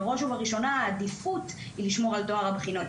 בראש ובראשונה העדיפות היא לשמור על טוהר הבחינות.